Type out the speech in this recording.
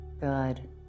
Good